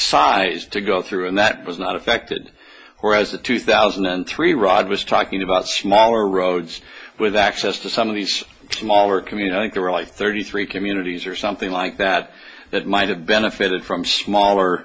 size to go through and that was not affected or as the two thousand and three ride was talking about smaller roads with access to some of these smaller communities to rely thirty three communities or something like that that might have benefited from smaller